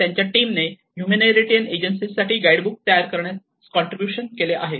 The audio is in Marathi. त्यांच्या टीमने ह्युमेनीटेरियन एजन्सीज साठी गाईड बुक तयार करण्यास कॉन्ट्रीब्युशन केले आहे